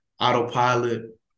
Autopilot